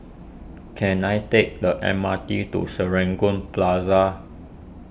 can I take the M R T to Serangoon Plaza